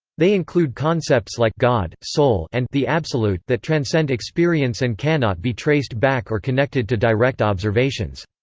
they include concepts like god, soul and the absolute that transcend experience and cannot be traced back or connected to direct observations.